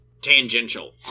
tangential